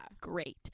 great